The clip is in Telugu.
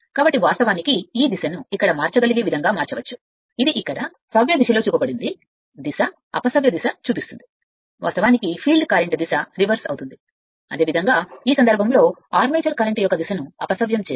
కాబట్టి వాస్తవానికి ఈ దిశను ఇక్కడ మార్చగలిగే విధంగా మార్చవచ్చు ఇది ఇక్కడ సవ్యదిశలో ఏది పిలుస్తుందో చూపిస్తుంది దిశ అపసవ్య దిశ చూపిస్తుంది వాస్తవానికి ఫీల్డ్ కరెంట్ దిశను తిరగరాస్తోంది అదేవిధంగా ఈ సందర్భంలో కూడా ఆర్మేచర్ కరెంట్ యొక్క దిశను అపసవ్యం చేస్తే